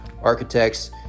architects